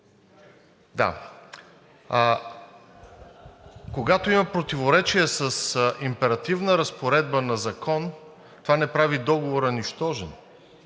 Когато има противоречие с императивна разпоредба на закон, това не прави договора нищожен,